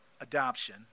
adoption